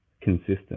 consistent